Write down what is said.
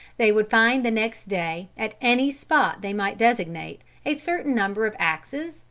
they would find the next day, at any spot they might designate, a certain number of axes,